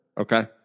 Okay